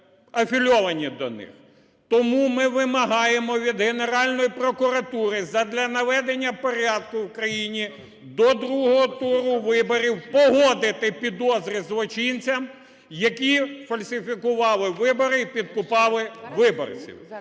афілійовані до них. Тому ми вимагаємо від Генеральної прокуратури задля наведення порядку в країні до другого туру виборів погодити підозри злочинцям, які фальсифікували вибори і підкупали виборців.